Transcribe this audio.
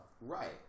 Right